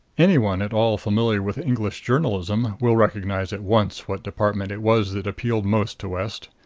any one at all familiar with english journalism will recognize at once what department it was that appealed most to west.